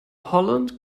holland